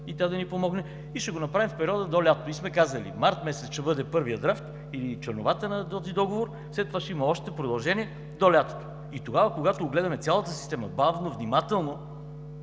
и тя да ни помогне. И ще го направим в периода до лятото. Казали сме, че март месец ще бъде първият драфт и черновата на този договор, след това ще има още продължение до лятото. И тогава, когато огледаме цялата система – бавно, внимателно,